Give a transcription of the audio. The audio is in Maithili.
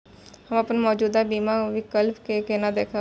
हम अपन मौजूद बीमा विकल्प के केना देखब?